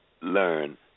learn